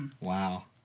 Wow